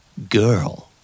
girl